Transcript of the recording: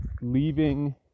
leaving